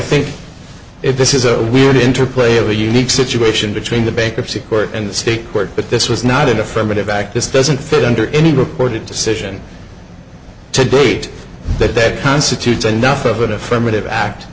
think this is a weird interplay of a unique situation between the bankruptcy court and the state court but this was not an affirmative act this doesn't fit under any reported decision to date that constitutes enough of an affirmative act